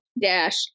Dash